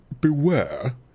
beware